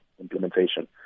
implementation